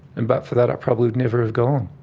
and but for that i probably would never have gone.